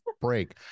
break